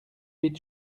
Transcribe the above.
huit